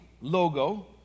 logo